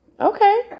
Okay